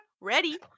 Ready